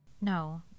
No